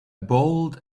bald